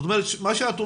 זאת אומרת, מה שאת אומרת,